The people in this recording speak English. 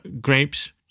grapes